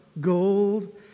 Gold